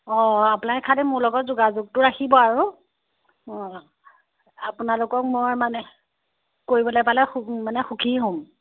অঁ আপোনালোকে খালী মোৰ লগত যোগাযোগটো ৰাখিব আৰু অঁ আপোনালোকক মই মানে কৰিবলৈ পালে মানে সুখী হ'ম